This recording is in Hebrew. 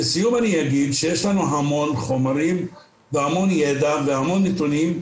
לסיכום אני אגיד שיש לנו המון חומרים והמון ידע והמון נתונים,